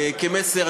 כמסר,